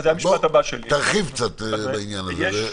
תרחיב קצת בעניין הזה.